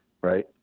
right